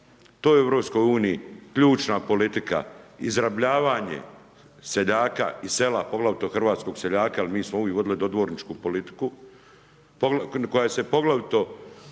To je u EU ključna politika izrabljivanje seljaka i sela, poglavito hrvatskog seljaka, jer mi smo uvijek vodili dodvorničku politiku, koja se poglavito